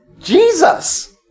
Jesus